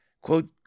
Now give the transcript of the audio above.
quote